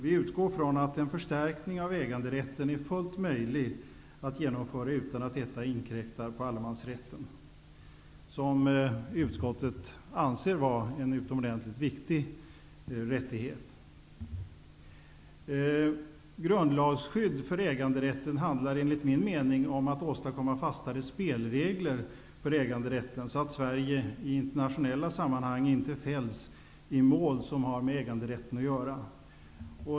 Vi utgår från att en förstärkning av äganderätten är fullt möjlig att genomföra utan att det inkräktar på allemansrätten, som utskottet anser vara en mycket viktig rättighet. Grundlagsskydd för äganderätten handlar, enligt min mening, om att åstadkomma fastare spelregler för äganderätten så att Sverige i internationella sammanhang inte fälls i mål som har med äganderätten att göra.